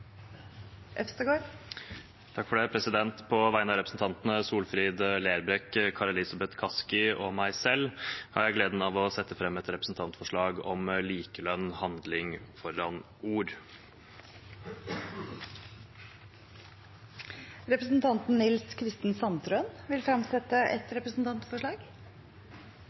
På vegne av representantene Solfrid Lerbrekk, Kari Elisabeth Kaski, Torgeir Knag Fylkesnes og meg selv har jeg gleden av å sette fram et representantforslag om likelønn – fra ord til handling. Representanten Nils Kristen Sandtrøen vil fremsette et representantforslag.